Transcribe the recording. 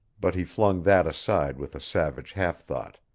but he flung that aside with a savage half-thought.